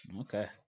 Okay